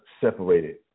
separated